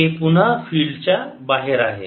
हे पुन्हा फील्ड च्या बाहेर आहे